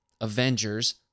Avengers